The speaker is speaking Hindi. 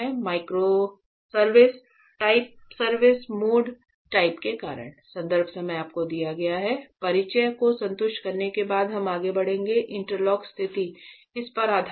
microservice type service mode type के कारण